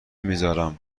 میذارم